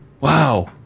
wow